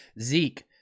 Zeke